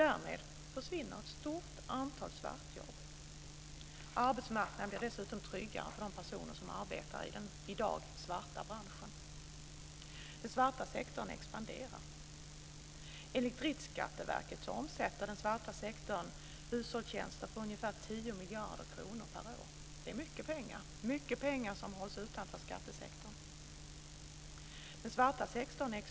Därmed skulle ett stort antal svartjobb försvinna samtidigt som arbetsmarknaden blir tryggare för de personer som arbetar inom den svarta branschen. Den svarta sektorn expanderar. Enligt Riksskatteverket omsätter den svarta sektorn hushållstjänster för lågt räknat 10 miljarder kronor per år. Det är mycket pengar som hålls utanför skattesektorn.